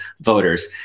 voters